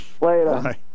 Later